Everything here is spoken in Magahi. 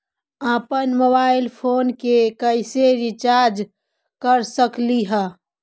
अप्पन मोबाईल फोन के कैसे रिचार्ज कर सकली हे?